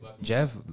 Jeff